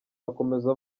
akomeza